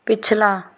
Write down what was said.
ਪਿਛਲਾ